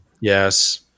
Yes